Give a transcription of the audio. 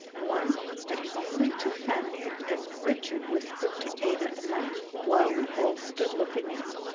one had only to fancy, as richard whispered to ada and me while we all stood looking in,